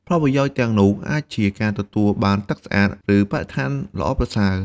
ផលប្រយោជន៍ទាំងនោះអាចជា ការទទួលបានទឹកស្អាត ឬបរិស្ថានល្អប្រសើរ។